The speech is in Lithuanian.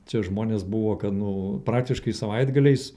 čia žmonės buvo kad nu praktiškai savaitgaliais